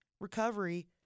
recovery